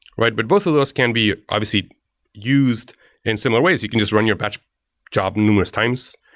right? but both of those can be obviously used in similar ways. you can just run your batch job numerous times,